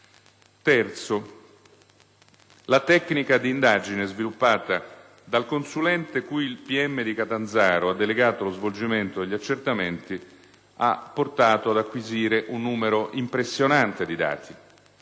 luogo, la tecnica d'indagine sviluppata dal consulente cui il pubblico ministero di Catanzaro ha delegato lo svolgimento degli accertamenti ha portato ad acquisire un numero impressionante di dati: